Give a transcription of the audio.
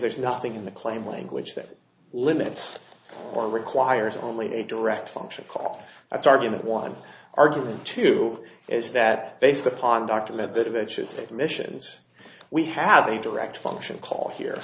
there's nothing in the claim language that limits or requires only a direct function call that's argument one argument two is that based upon document bit of edges that missions we have a direct function call here